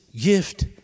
gift